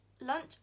Lunch